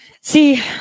See